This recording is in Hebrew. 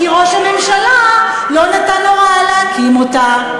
כי ראש הממשלה לא נתן הוראה להקים אותה.